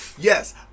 yes